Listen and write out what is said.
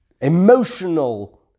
emotional